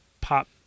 pop